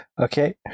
Okay